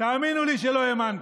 תאמינו לי שלא האמנתי.